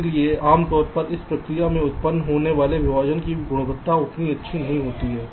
इसलिए आमतौर पर इस प्रक्रिया में उत्पन्न होने वाले विभाजन की गुणवत्ता इतनी अच्छी नहीं है